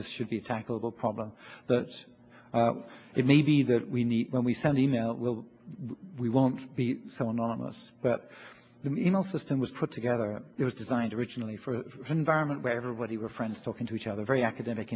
this should be tackled a problem that's it may be that we need when we send email will we won't be so anonymous but you know system was put together it was designed originally for an environment where everybody were friends talking to each other very academic